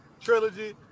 trilogy